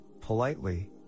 politely